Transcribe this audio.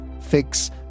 fix